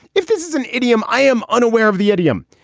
if this is an idiom, i am unaware of the idiom,